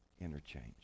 interchange